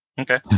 Okay